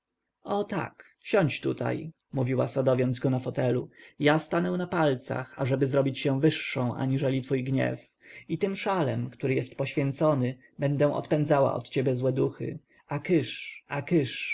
o tak siądź tutaj mówiła sadowiąc go na fotelu ja stanę na palcach ażeby zrobić się wyższą aniżeli twój gniew i tym szalem który jest poświęcany będę odpędzała od ciebie złe duchy a kysz a